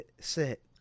sit